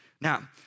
Now